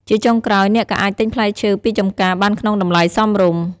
ជាចុងក្រោយ អ្នកក៏អាចទិញផ្លែឈើពីចម្ការបានក្នុងតម្លៃសមរម្យ។